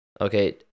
Okay